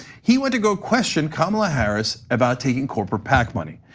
he went to go question kamala harris about taking corporate pac money.